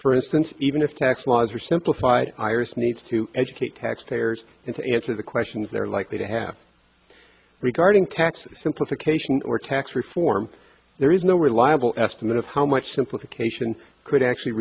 for instance even if tax laws are simplified iris needs to educate taxpayers and answer the questions they're likely to have regarding tax simplification or tax reform there is no reliable estimate of how much simplification could actually